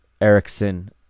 Erickson